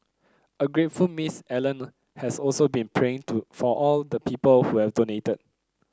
a grateful Miss Allen has also been praying to for all the people who have donated